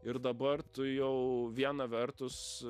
ir dabar tu jau viena vertus